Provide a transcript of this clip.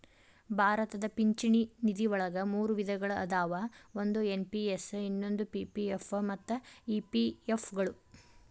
ಭಾರತದ ಪಿಂಚಣಿ ನಿಧಿವಳಗ ಮೂರು ವಿಧಗಳ ಅದಾವ ಒಂದು ಎನ್.ಪಿ.ಎಸ್ ಇನ್ನೊಂದು ಪಿ.ಪಿ.ಎಫ್ ಮತ್ತ ಇ.ಪಿ.ಎಫ್ ಗಳು